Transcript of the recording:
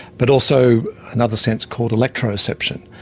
but also another sense called electroreception.